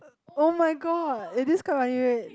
[oh]-my-god it is quite funny wait